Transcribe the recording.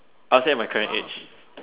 I'll set my current age